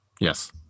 Yes